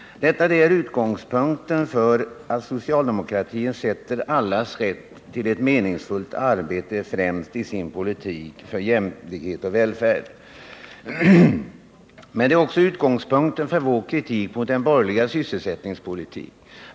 Detta är utgångspunkten för att socialdemokratin sätter allas rätt till ett meningsfullt arbete främst i sin politik för jämlikhet och välfärd. Men det är också utgångspunkten för vår kritik mot de borgerligas sysselsättningspolitik.